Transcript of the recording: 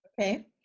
okay